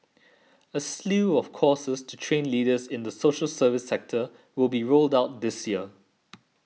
a slew of courses to train leaders in the social service sector will be rolled out this year